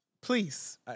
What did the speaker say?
please